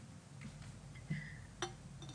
הטמעת מיומנויות המאה ה-21 בתהליכי הערכה ומדידה).